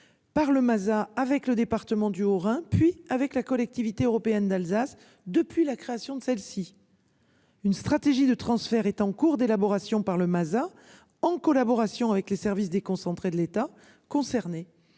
par le Masa avec le département du Haut-Rhin, puis avec la collectivité européenne d'Alsace depuis la création de celle-ci. Une stratégie de transfert est en cours d'élaboration par le Masa en collaboration avec les services déconcentrés de l'État concerné.